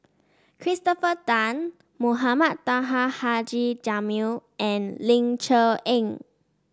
Christopher Tan Mohamed Taha Haji Jamil and Ling Cher Eng